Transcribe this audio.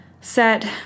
set